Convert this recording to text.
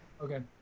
okay